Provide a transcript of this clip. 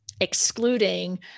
excluding